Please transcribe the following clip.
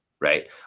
Right